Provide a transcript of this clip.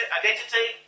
identity